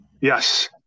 yes